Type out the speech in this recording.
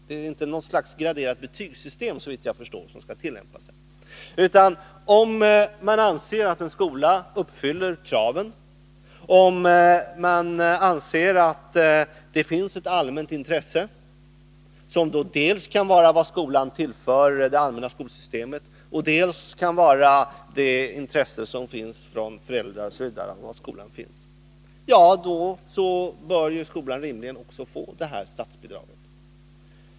Det är inte något slags graderat betygssystem som här skall tillämpas. Om man anser att en skola uppfyller kraven och om man anser att det finns ett allmänt intresse, som dels kan vara vad skolan tillför det allmänna skolsystemet, dels kan vara det intresse som finns från föräldrar osv., bör skolan rimligen också få detta statsbidrag.